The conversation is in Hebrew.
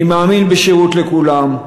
אני מאמין בשירות לכולם,